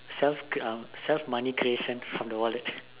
self c~ uh self money creation from the wallet